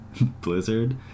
blizzard